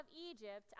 Egypt